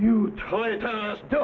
you know